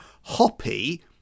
Hoppy